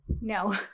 No